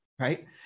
right